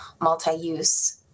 multi-use